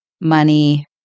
money